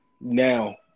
Now